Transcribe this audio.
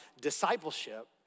discipleship